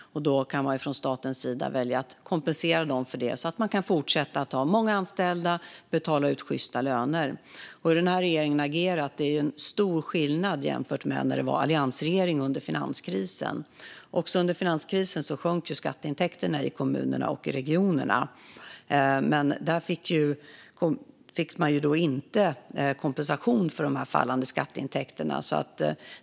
Då kan staten välja att kompensera dem för det så att de kan fortsätta att ha många anställda och betala ut sjysta löner. Det är stor skillnad på hur den här regeringen har agerat jämfört med hur alliansregeringen agerade under finanskrisen. Också under finanskrisen sjönk skatteintäkterna i kommunerna och regionerna. Men de fick då inte kompensation för de fallande skatteintäkterna.